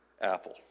apple